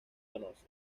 desconoce